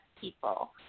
people